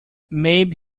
maybe